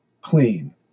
clean